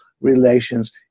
relations